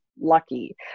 lucky